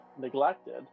neglected